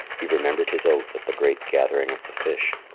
he remembered his oath at the great gathering of the fish,